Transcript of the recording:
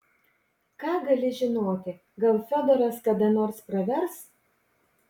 ką gali žinoti gal fiodoras kada nors pravers